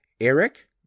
Eric